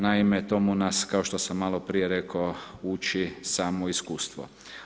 Naime, tomu nas, kao što sam maloprije rekao, uči samo iskustvo.